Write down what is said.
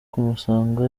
kumusanga